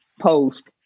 post